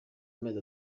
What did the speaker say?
amezi